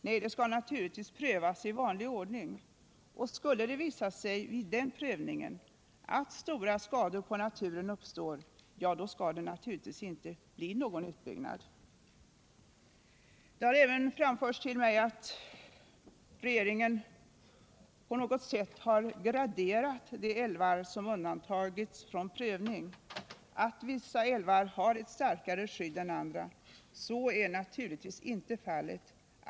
Nej, sådana projekt skall prövas i vanlig ordning, och skulle det visa sig vid den prövningen att stora skador på naturen uppstår, skall någon utbyggnad naturligtvis inte komma till stånd. Det har även framförts till mig att regeringen på något sätt skulle ha graderat de älvar som undantagits från prövning, så att vissa älvar har ett starkare skydd än andra. Så är naturligtvis inte fallet.